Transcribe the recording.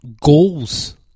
Goals